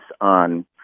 on